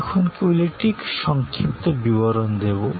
আমি এখন কেবল একটি সংক্ষিপ্ত বিবরণ দেব